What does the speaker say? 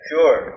Sure